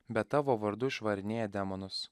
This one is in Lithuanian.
bet tavo vardu išvarinėja demonus